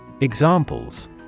Examples